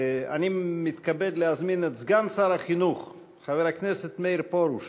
אני מתכבד להזמין את סגן שר החינוך חבר הכנסת מאיר פרוש